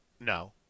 No